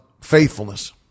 faithfulness